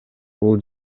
бул